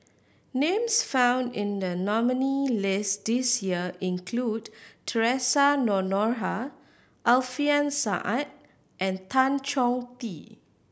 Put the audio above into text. names found in the nominee list this year include Theresa Noronha Alfian Sa'at and Tan Chong Tee